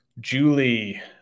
Julie